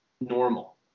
normal